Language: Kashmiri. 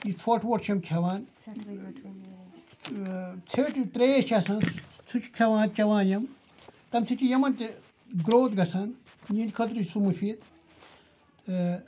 یہِ ژھۄٹھ وۄٹھ چھِ یِم کھٮ۪وان ژھیٚٹھۍ ترٛیش چھِ آسان سُہ چھِ کھٮ۪وان چٮ۪وان یِم تَمہِ سۭتۍ چھِ یِمَن تہِ گرٛوتھ گژھان یِہِنٛدۍ خٲطرٕ یہِ چھِ سُہ مُفیٖد